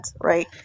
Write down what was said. right